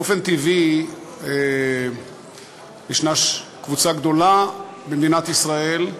באופן טבעי, יש קבוצה גדולה במדינת ישראל,